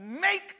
make